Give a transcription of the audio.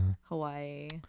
hawaii